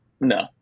no